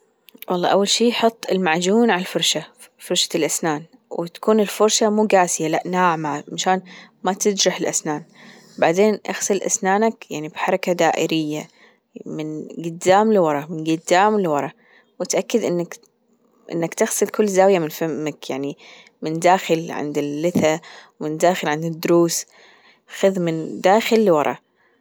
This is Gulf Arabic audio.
والله أول شي حط المعجون على الفرشة فرشة الأسنان وتكون الفرشة مو جاسية لا ناعمة مشان ما تجرح الأسنان بعدين أغسل أسنانك يعني بحركة دائرية من جدام لورا من جدام لورا واتأكد إنك إنك تغسل كل زاوية من فمك يعني من الداخل عند اللثة من الداخل عند الضروس خذ من داخل لورا.